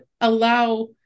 allow